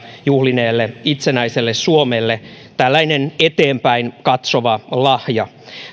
juhlineelle itsenäiselle suomelle tällainen eteenpäin katsova lahja